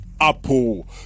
apple